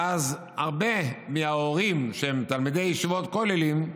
שאז הרבה מההורים של תלמידי ישיבות, כוללים,